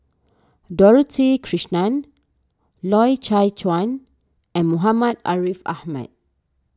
Dorothy Krishnan Loy Chye Chuan and Muhammad Ariff Ahmad